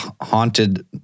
Haunted